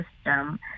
system